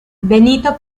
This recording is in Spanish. benito